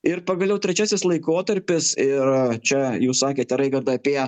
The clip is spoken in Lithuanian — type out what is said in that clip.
ir pagaliau trečiasis laikotarpis ir čia jūs sakėte raigardai apie